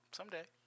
Someday